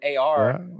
Ar